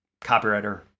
copywriter